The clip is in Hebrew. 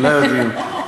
אולי עוד יהיו.